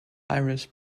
irish